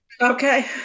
Okay